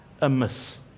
amiss